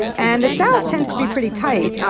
and the south tends to be pretty tight.